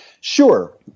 Sure